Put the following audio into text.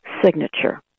signature